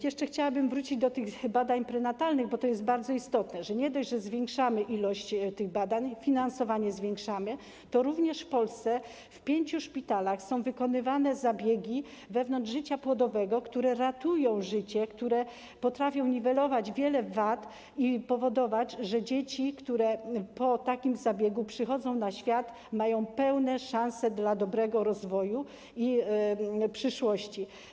Jeszcze chciałabym wrócić do tych badań prenatalnych, bo to jest bardzo istotne, że nie dość, że zwiększamy ilość tych badań, zwiększamy finansowanie, to w Polsce w pięciu szpitalach są również wykonywane zabiegi wewnątrz życia płodowego, które ratują życie, które potrafią niwelować wiele wad i powodować, że dzieci, które po takim zabiegu przychodzą na świat, mają pełne szanse na dobry rozwój i przyszłość.